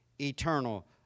eternal